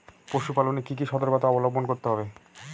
পশুপালন এ কি কি সর্তকতা অবলম্বন করতে হবে?